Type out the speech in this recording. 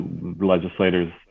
Legislators